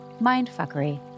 mindfuckery